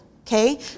Okay